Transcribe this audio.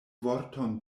vorton